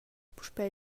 puspei